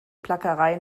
plackerei